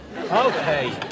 Okay